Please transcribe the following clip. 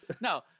no